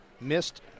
missed